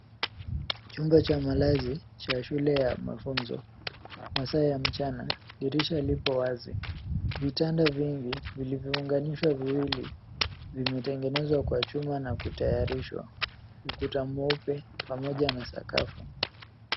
Chumba cha malazi cha shule ya mafunzo hasa ya mchana .Dirisha lipo wazi. Vitanda vingi vilivyounganishwa viwili vimetegenezwa kwa chuma na kutayarishwa. Ukuta mweupe pamoja na sakafu.